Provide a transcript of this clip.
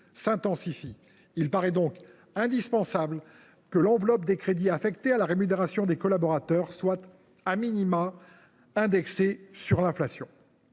s’intensifie. Il paraît donc indispensable que l’enveloppe des crédits affectés à la rémunération des collaborateurs soit indexée sur l’inflation.